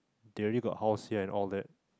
they already have house here and all that